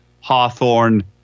Hawthorne